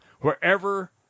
wherever